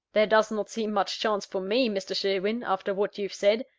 there does not seem much chance for me, mr. sherwin, after what you have said.